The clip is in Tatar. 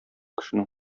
кешенең